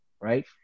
right